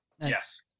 Yes